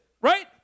right